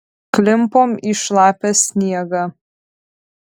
klimpom į šlapią sniegą